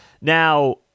Now